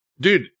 Dude